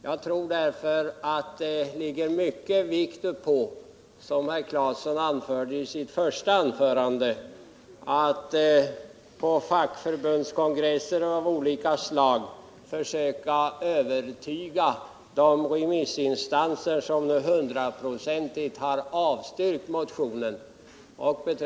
Jag tror därför att det ligger mycket vikt uppå, som herr Claeson anförde i sitt första anförande, att man på fackförbundskongresser av olika slag försöker övertyga de remissinstanser som nu hundraprocentigt har avstyrkt motionen.